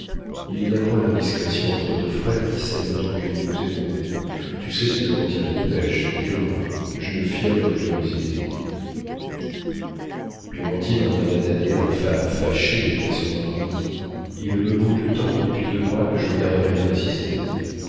il n'y a point d'indiscrétion entre deux frères qui s'aiment autant que nous nous aimons tu sais ce que contient la dépêche dis-le moi j'ai une fièvre de curiosité clémentine regarda thaddée en femme fâchée et dit à son mari il me boude tant depuis deux mois que je me garderais bien d'insister